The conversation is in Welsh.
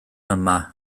yma